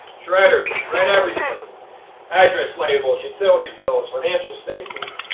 shredders shred everything address labels, utility bills, financial statements,